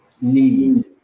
need